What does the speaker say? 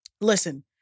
listen